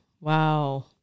Wow